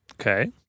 Okay